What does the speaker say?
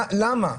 למה?